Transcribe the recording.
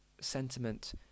sentiment